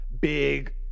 big